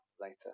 later